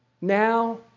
now